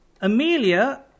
amelia